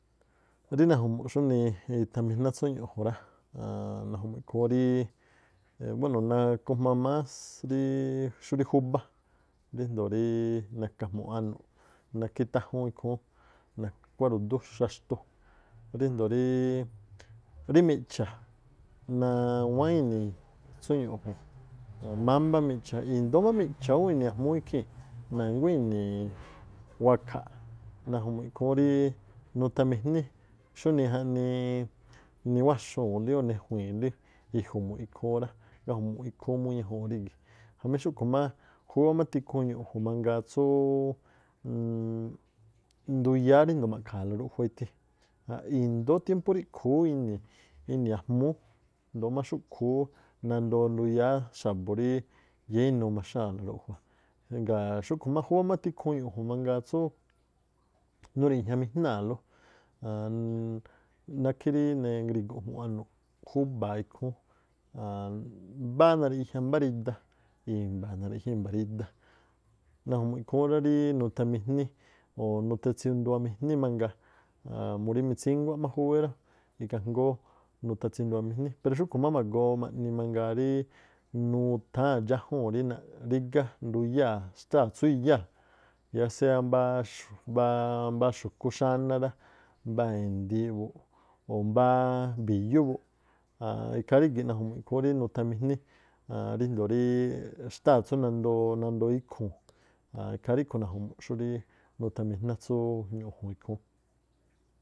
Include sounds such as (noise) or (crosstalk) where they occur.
Rí naju̱mu̱ꞌ xúnii ithamijná tsú ñu̱ꞌju̱n rá. A̱a̱n naju̱mu̱ꞌ ikhúún ríí buéno̱ nakujma más ríí xúrí júbá ríjndo̱o naka̱ jmu̱ anu̱ꞌ, nákhí táꞌjúún ikhúún nakuá ru̱dú xaxtu, ríjndo̱o rí miꞌcha̱ nawán ini̱ tsú ñu̱ꞌju̱n. Mámbá miꞌcha̱ i̱ndóó má miꞌcha̱ ú ini̱ ajmúú ikhii̱n, na̱nguá ini̱ wakaꞌ, naju̱mu̱ꞌ ikhúún ríí nuthamijní xúnii jaꞌnii niwáxu̱u̱nlí o̱ ne̱jui̱i̱nlí iju̱mu̱ꞌ ikhúún rá, gaju̱mu̱ꞌ ikhúún múú ñajuunꞌ rígi̱ꞌ. Jamí xúꞌkhu̱ má júwá má tikhuun ñu̱ꞌju̱n mangaa tsúú (hesitation) nduyáá ríndo̱o ma̱ꞌkha̱a̱la ruꞌjua ithi. I̱ndóó tiémpú ríꞌkhu̱ ú inii ajmúú ndoo̱ má xúꞌkhu̱ ú nandoo nduyáá xa̱bu̱ rí yáá inuu maxnáa̱la ruꞌjua. Ngaa̱ xúꞌkhu̱ má júwá má tikhuun ñu̱ꞌju̱n tsú nuri̱ꞌjñamijnáa̱lú, a̱a̱nn- nákhí rí nengrigo̱ jmu̱ꞌ anu̱ꞌ khúbáa̱ ikhúún, mbáá nariꞌjña mbá rida, i̱mba̱a nariꞌjña i̱mba̱a rida naju̱mu̱ꞌ ikhúún rá rí nuthamijní o̱ nuthatsinduwamijní mangaa, aan murí mitsínguá má júwé rá. ikhaa jngóó nuthatsinduwamijní pero xúꞌkhu̱ má ma̱goo ma̱ꞌni rí nutháa̱n dxájúu̱n rí rígá nduyáa̱ xtáa̱ tsú iyáa̱ yáá seá mbáá xu̱kú xáná rá, mbáá e̱ndi̱iꞌ buꞌ o̱ mbáá bi̱yú buꞌ aan ikhaa rígi̱ꞌ naju̱mu̱ꞌ ikhúún rí nuthamijní aan ríndo̱o rí xtáa̱ tsú nandoo nandoo íkhuu̱n aan ikhaa ríꞌkhu̱ najumu̱ꞌ xú rí nuthamijná tsúú ñu̱ꞌju̱n ikhúún.